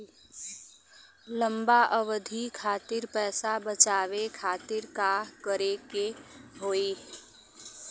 लंबा अवधि खातिर पैसा बचावे खातिर का करे के होयी?